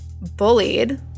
bullied